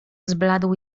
zbladł